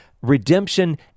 redemption